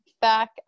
back